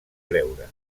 creure